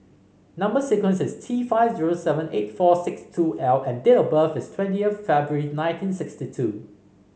number sequence is T five zero seven eight four six two L and date of birth is twenty of February nineteen sixty two